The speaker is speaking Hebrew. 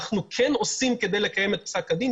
אנחנו כן עושים כדי לקיים את פסק הדין,